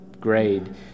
grade